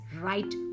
right